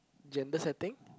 gender setting